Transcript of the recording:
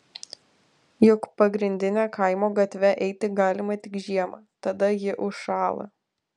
juk pagrindine kaimo gatve eiti galima tik žiemą tada ji užšąla